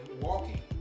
walking